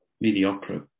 mediocre